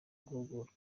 guhugurwa